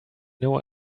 know